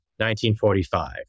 1945